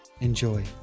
Enjoy